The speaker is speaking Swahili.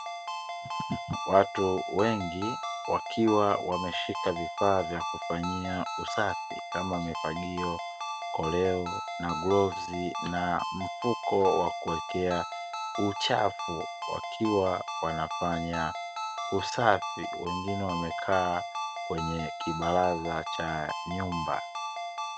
Watu wengi wakiwa wameshika vifaa vya kufanyia usafi, kama: mifagio, koleo na glavu na mfuko wa kuwekea uchafu, wakiwa wanafanya usafi, wengine wamekaa kwenye kibaraza cha nyumba.